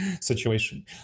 situation